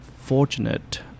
fortunate